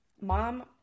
mom